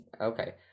Okay